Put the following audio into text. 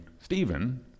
Stephen